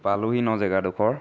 পালোঁহি ন জেগাডোখৰ